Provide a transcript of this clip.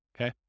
okay